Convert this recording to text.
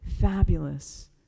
fabulous